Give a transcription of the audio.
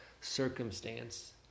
circumstance